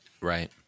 Right